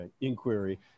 inquiry